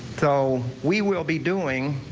so we will be doing.